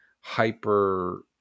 hyper